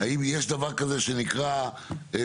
האם יש דבר כזה שנקרא ויסותים?